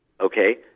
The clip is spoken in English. okay